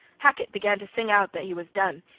hackett began to sing out that he was done.